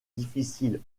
difficile